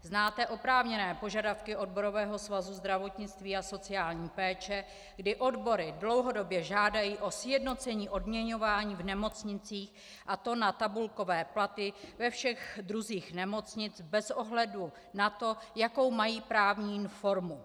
Znáte oprávněné požadavky Odborového svazu zdravotnictví a sociální péče, kdy odbory dlouhodobě žádají o sjednocení odměňování v nemocnicích, a to na tabulkové platy ve všech druzích nemocnic bez ohledu na to, jakou mají právní formu.